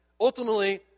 Ultimately